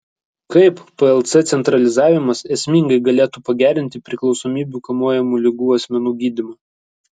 kaip plc centralizavimas esmingai galėtų pagerinti priklausomybių kamuojamų ligų asmenų gydymą